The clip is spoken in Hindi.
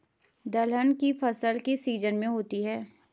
दलहन की फसल किस सीजन में होती है?